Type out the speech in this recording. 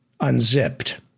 unzipped